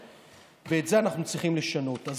ואת זה אנחנו צריכים לשנות.